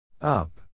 Up